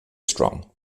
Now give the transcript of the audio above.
strong